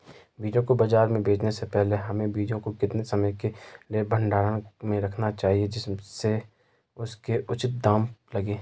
बीजों को बाज़ार में बेचने से पहले हमें बीजों को कितने समय के लिए भंडारण में रखना चाहिए जिससे उसके उचित दाम लगें?